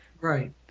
Right